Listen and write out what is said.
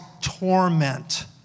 torment